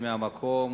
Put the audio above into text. מהמקום.